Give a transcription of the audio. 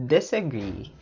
Disagree